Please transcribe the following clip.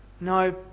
No